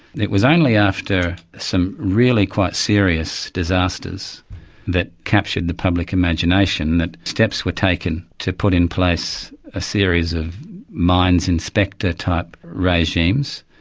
it was only after some really quite serious disasters that captured the public imagination that steps were taken to put in place a series of mines inspector type regimes,